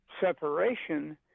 separation